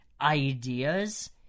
ideas